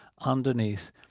underneath